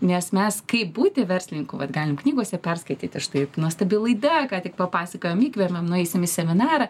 nes mes kaip būti verslininku vat galim knygose perskaityti štai nuostabi laida ką tik papasakojom įkvėpėm nueisim į seminarą